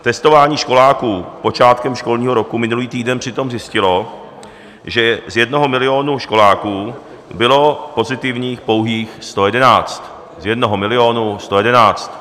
Testování školáků počátkem školního roku minulý týden přitom zjistilo, že z jednoho milionu školáků bylo pozitivních pouhých 111 z jednoho milionu 111!